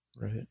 Right